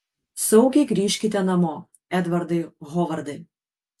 saugiai grįžkite namo edvardai hovardai